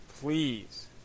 Please